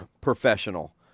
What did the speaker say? professional